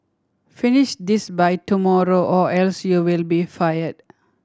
finish this by tomorrow or else you'll be fired